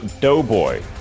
Doughboy